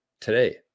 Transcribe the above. today